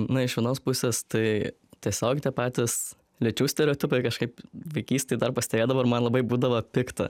na iš vienos pusės tai tiesiog patys lyčių stereotipai kažkaip vaikystėj dar pastebėdavau ir man labai būdavo pikta